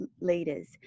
leaders